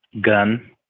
Gun